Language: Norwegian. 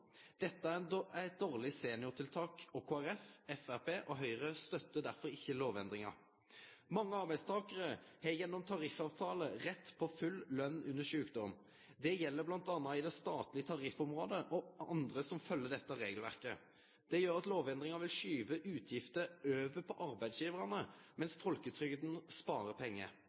Dette er eit dårleg seniortiltak, og Kristeleg Folkeparti, Framstegspartiet og Høgre støttar derfor ikkje lovendringa. Mange arbeidstakarar har gjennom tariffavtalar rett til full løn under sjukdom. Det gjeld bl.a. i det statlege tariffområdet og andre som følgjer dette regelverket. Det gjer at lovendringa vil skyve utgifter over på arbeidsgivarane, mens folketrygda sparar pengar.